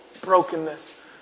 brokenness